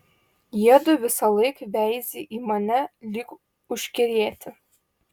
jiedu visąlaik veizi į mane lyg užkerėti